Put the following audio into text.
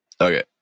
okay